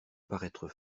paraître